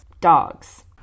Dogs